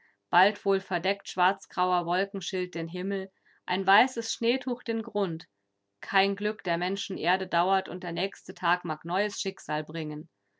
bald wohl verdeckt schwarzgrauer wolkenschild den himmel ein weißes schneetuch den grund kein glück der menschenerde dauert und der nächste tag mag neues schicksal bringen